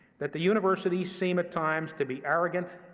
that the universities seem at times to be arrogant,